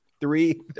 three